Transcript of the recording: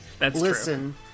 Listen